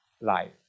life